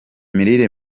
imirire